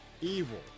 Evil